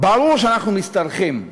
ברור שאנחנו משתרכים.